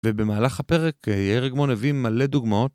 ובמהלך הפרק ירגמון הביא מלא דוגמאות